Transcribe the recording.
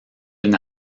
une